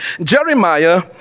jeremiah